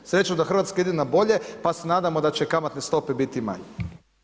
Srećom da Hrvatska ide na bolje pa se nadamo da će kamatne stope biti manje.